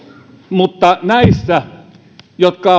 mutta näihin jotka